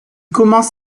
commence